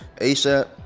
ASAP